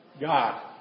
God